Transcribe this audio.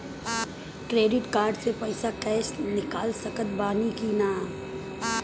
Credit card से पईसा cash निकाल सकत बानी की ना?